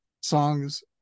songs